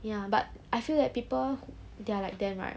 ya but I feel that people that are like them right